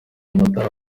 matara